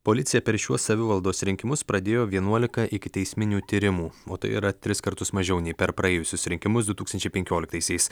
policija per šiuos savivaldos rinkimus pradėjo vienuolika ikiteisminių tyrimų o tai yra tris kartus mažiau nei per praėjusius rinkimus du tūkstančiai penkioliktaisiais